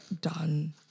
done